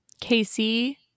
Casey